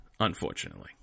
unfortunately